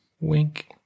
Wink